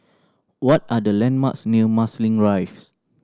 what are the landmarks near Marsiling Rise